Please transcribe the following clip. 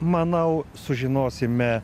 manau sužinosime